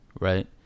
right